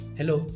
Hello